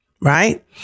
right